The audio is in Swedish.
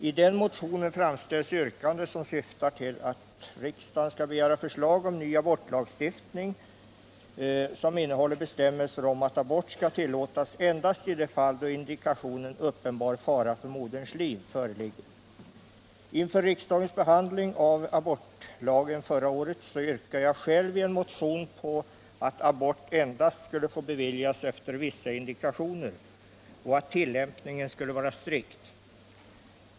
I den motionen yrkas att riksdagen skall begära förslag om ny abortlagstiftning som innehåller bestämmelser om att abort skall tillåtas endast i de fall då indikationen uppenbar fara för moderns liv föreligger. Inför riksdagens behandling av abortlagen förra året yrkade jag själv i en motion att abort skulle få beviljas endast efter vissa indikationer och att tillämpningen skulle vara strikt.